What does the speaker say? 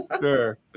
Sure